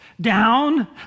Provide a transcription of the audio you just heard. down